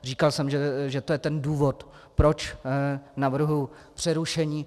Říkal jsem, že je to ten důvod, proč navrhuji přerušení.